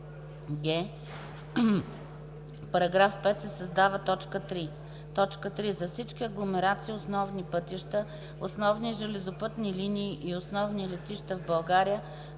2.”; в) в § 4 се създава т. 3: „3. за всички агломерации, основни пътища, основни железопътни линии и основни летища в България